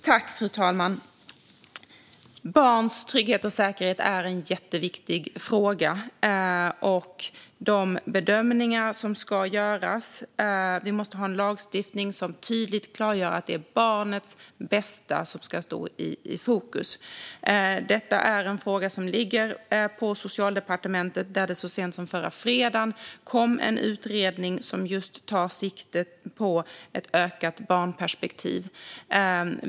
Fru talman! Barns trygghet och säkerhet är en jätteviktig fråga. När det gäller de bedömningar som ska göras måste vi ha en lagstiftning som tydligt klargör att det är barnets bästa som ska stå i fokus. Detta är en fråga som ligger på Socialdepartementet, dit det så sent som förra fredagen kom en utredning som just tar sikte på ett ökat barnperspektiv.